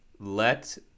Let